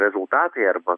rezultatai arba